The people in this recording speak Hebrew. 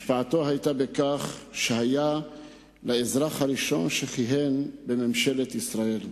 השפעתו היתה בכך שהיה האזרח הדרוזי הראשון שכיהן בממשלת ישראל,